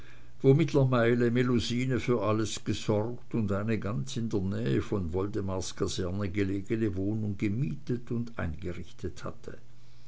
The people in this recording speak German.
wo mittlerweile melusine für alles gesorgt und eine ganz in der nähe von woldemars kaserne gelegene wohnung gemietet und eingerichtet hatte